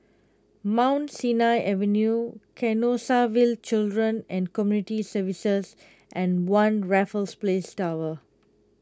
Mount Sinai Avenue Canossaville Children and Community Services and one Raffles Place Tower